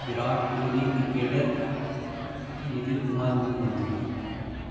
Virat Kohli cricketer Nitish Kumar مکھ منتری